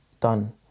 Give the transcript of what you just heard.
done